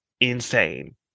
insane